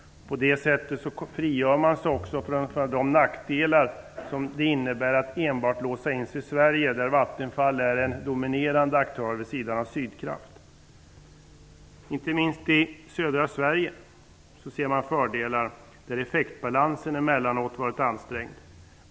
På det sättet frigör man sig också från de nackdelar som det innebär att låsa sig till Sverige, där Vattenfall är en dominerande aktör vid sidan av Sydkraft. Inte minst i södra Sverige ser man fördelar där effektbalansen emellanåt varit ansträngd.